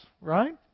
right